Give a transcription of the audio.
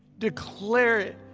declare it.